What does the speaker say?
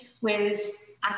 Whereas